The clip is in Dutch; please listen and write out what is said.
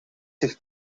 zich